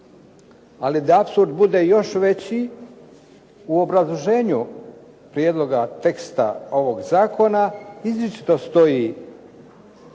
Ali da apsurd bude još veći u obrazloženju prijedloga teksta ovog zakona izričito stoji: